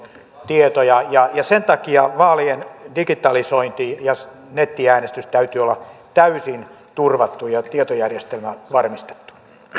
tietoja sen takia vaalien digitalisoinnin ja nettiäänestyksen täytyy olla täysin turvattu ja tietojärjestelmän varmistettu